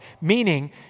Meaning